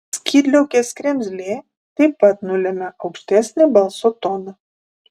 skydliaukės kremzlė taip pat nulemia aukštesnį balso toną